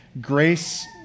Grace